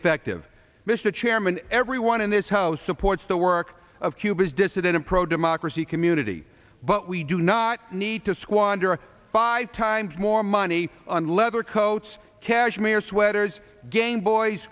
effective mr chairman everyone in this house supports the work of cuba's dissident pro democracy community but we do not need to squander five times more money on leather coats cashmere sweaters gameboy